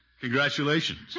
congratulations